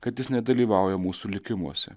kad jis nedalyvauja mūsų likimuose